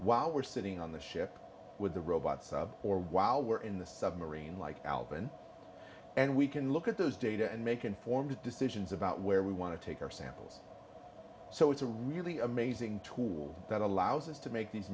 while we're sitting on the ship with the robots or while we're in the submarine like albon and we can look at those data and make informed decisions about where we want to take our samples so it's a really amazing tool that allows us to make these